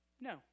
no